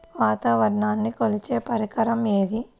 వాతావరణాన్ని కొలిచే పరికరం ఏది?